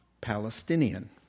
Palestinian